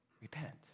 Repent